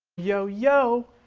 yo, yo.